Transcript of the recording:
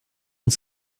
uns